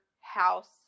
house